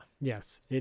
Yes